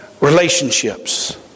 relationships